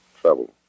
Trouble